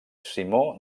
simó